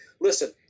Listen